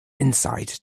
insight